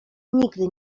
nigdy